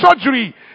surgery